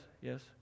Yes